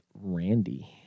Randy